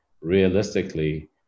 realistically